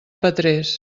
petrés